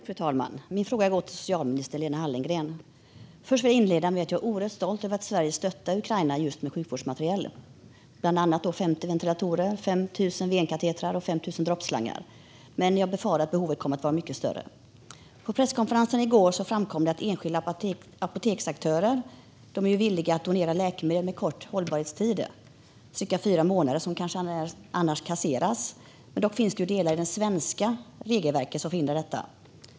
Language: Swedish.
Fru talman! Min fråga går till socialminister Lena Hallengren. Jag vill inleda med att säga att jag är oerhört stolt över att Sverige stöttar Ukraina med sjukvårdsmaterial. Det rör sig bland annat om 50 ventilatorer, 5 000 venkatetrar och 5 000 droppslangar, men jag befarar att behovet kommer att vara mycket större. På presskonferensen i går framkom det att enskilda apoteksaktörer är villiga att donera läkemedel med kort hållbarhetstid, cirka fyra månader, som kanske annars kasseras. Dock finns det delar i det svenska regelverket som förhindrar detta.